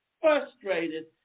frustrated